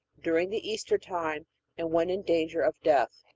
during the easter time and when in danger of death.